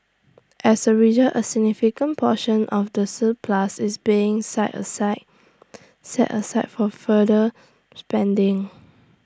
as A result A significant portion of the surplus is being set aside set aside for further spending